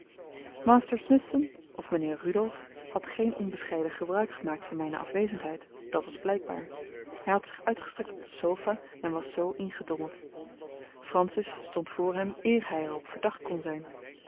master smithson of mijnheer rudolf had geen onbescheiden gebruik gemaakt van mijne afwezendheid dat was blijkbaar hij had zich uitgestrekt op de sofa en was zoo ingedommeld francis stond voor hem eer hij er op verdacht kon zijn